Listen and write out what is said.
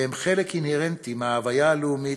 והם חלק אינהרנטי של ההוויה הלאומית,